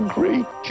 great